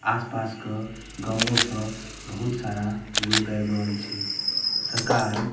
आसपास कऽ गाँओसँ बहुत सारा लोग आबि रहल छै सरकार